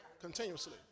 continuously